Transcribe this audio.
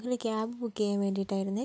ഒരു cab book ചെയ്യാൻ വേണ്ടിയിട്ട് ആയിരുന്നേ